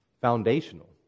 foundational